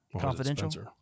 Confidential